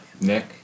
Nick